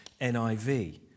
NIV